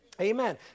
Amen